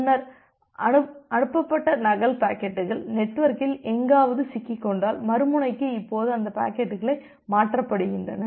முன்னர் அனுப்பப்பட்ட நகல் பாக்கெட்டுகள் நெட்வொர்க்கில் எங்காவது சிக்கிக்கொண்டால் மறுமுனைக்கு இப்போது அந்த பாக்கெட்டுகளை மாற்றப்படுகின்றது